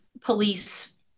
police